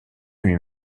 lui